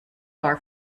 far